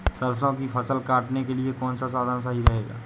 सरसो की फसल काटने के लिए कौन सा साधन सही रहेगा?